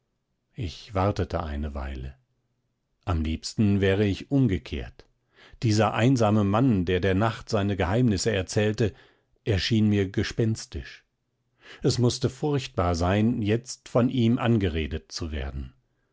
ich wartete eine weile am liebsten wäre ich umgekehrt dieser einsame mann der der nacht seine geheimnisse erzählte erschien mir gespenstisch es mußte furchtbar sein jetzt von ihm angeredet zu werden